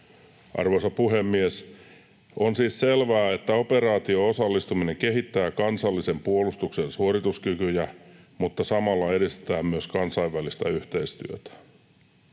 Arvoisa puhemies! On siis selvää, että operaatioon osallistuminen kehittää kansallisen puolustuksen suorituskykyjä mutta samalla edistää myös kansainvälistä yhteistyötä.